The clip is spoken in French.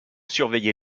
surveiller